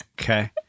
Okay